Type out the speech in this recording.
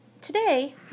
today